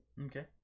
Okay